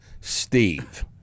Steve